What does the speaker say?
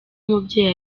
umubyeyi